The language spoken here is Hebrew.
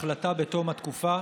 החלטה בתום התקופה,